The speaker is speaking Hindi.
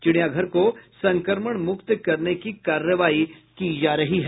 चिड़ियाघर को संक्रमण मुक्त करने की कार्रवाई की जा रही है